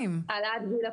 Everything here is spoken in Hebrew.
העלאת גיל הפרישה.